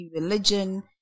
religion